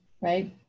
right